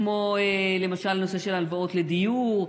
כמו למשל הנושא של הלוואות לדיור.